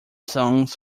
songs